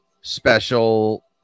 special